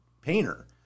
painter